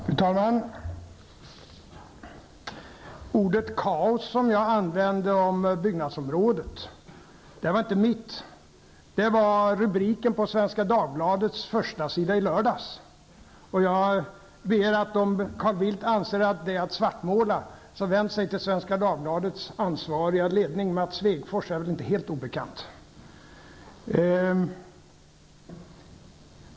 Fru talman! Ordet kaos, som jag använde om byggnadsområdet, var inte mitt. Det var rubriken på Svenska Dagbladets förstasida i lördags. Om Carl Bildt anser att det är att svartmåla, ber jag honom vända sig till Svenska Dagbladets ansvariga ledning; Mats Svegfors är väl inte helt obekant.